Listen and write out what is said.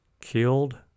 killed